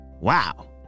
Wow